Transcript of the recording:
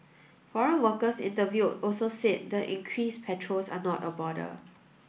foreign workers interviewed also said the increased patrols are not a bother